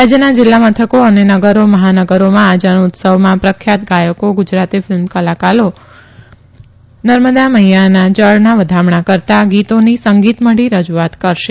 રાજ્યના જિલ્લા મથકો અને નગરો મહાનગરોમાં આ જનઉત્સવમાં પ્રખ્યાત ગાયકો ગુજરાતી ફિલ્મ કલાકારો નર્મદા મૈથાના જળના વધામણા કરતાં ગીતોની સંગીત મઢી રજૂઆત કરશે